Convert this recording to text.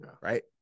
right